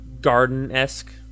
garden-esque